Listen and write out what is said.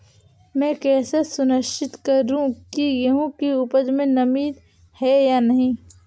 मैं कैसे सुनिश्चित करूँ की गेहूँ की उपज में नमी है या नहीं?